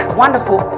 wonderful